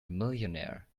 millionaire